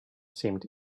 seemed